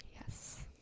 yes